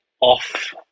off